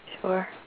Sure